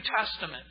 Testament